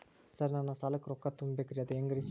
Sir ನನ್ನ ಸಾಲಕ್ಕ ರೊಕ್ಕ ತುಂಬೇಕ್ರಿ ಅದು ಹೆಂಗ್ರಿ?